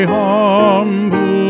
humble